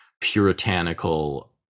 puritanical